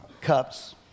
cups